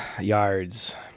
Yards